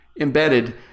embedded